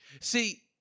See